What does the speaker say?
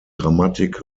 grammatik